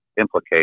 implicate